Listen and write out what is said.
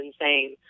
insane